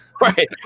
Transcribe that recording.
Right